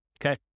okay